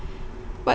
but